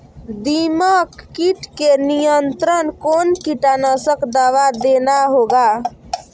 दीमक किट के नियंत्रण कौन कीटनाशक दवा देना होगा?